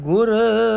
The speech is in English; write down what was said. Guru